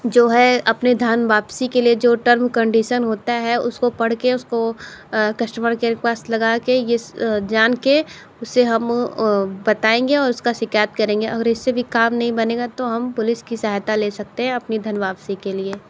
जो है अपने धन वापसी के लिए जो टर्म कंडीसन होता है उसको पढ़के उसको कस्टमर केयर पास लगाके ये जान के उसे हम बताएंगे अगर उसकी शिकायत करेंगे और इससे भी काम नहीं बनेगा तो हम पुलिस की सहायता ले सकते हैं अपनी धन वापसी के लिए